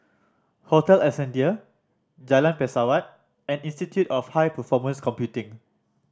Hotel Ascendere Jalan Pesawat and Institute of High Performance Computing